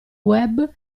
web